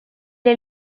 est